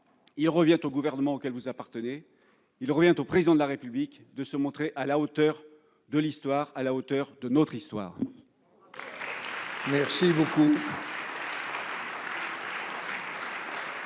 il revient au gouvernement auquel vous appartenez et au Président de la République de se montrer à la hauteur de l'histoire, à la hauteur de notre histoire.